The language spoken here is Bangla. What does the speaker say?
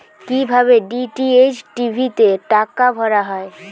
কি ভাবে ডি.টি.এইচ টি.ভি তে টাকা ভরা হয়?